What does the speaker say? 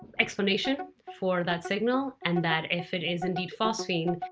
explanation for that signal, and that if it is indeed phosphine,